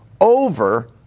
over